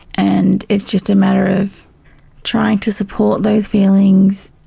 and it's just a matter of trying to support those feelings,